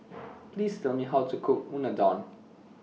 Please Tell Me How to Cook Unadon